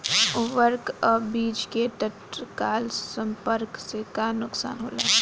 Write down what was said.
उर्वरक अ बीज के तत्काल संपर्क से का नुकसान होला?